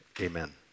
amen